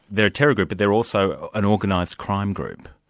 they're a terror group, but they're also an organised crime group?